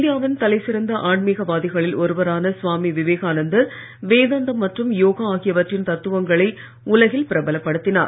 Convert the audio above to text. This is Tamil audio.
இந்தியாவின் தலைசிறந்த ஆன்மீகவாதிகளில் ஒருவரான சுவாமி விவேகானந்தர் வேதாந்தம் மற்றும் யோகா ஆகியவற்றின் தத்துவங்களை உலகில் பிரபலப்படுத்தினார்